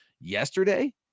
yesterday